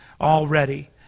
already